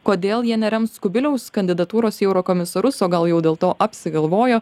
kodėl jie nerems kubiliaus kandidatūros į eurokomisarus o gal jau dėl to apsigalvojo